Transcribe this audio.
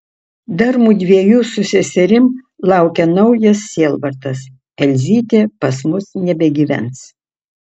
dar mudviejų su seserim laukia naujas sielvartas elzytė pas mus nebegyvens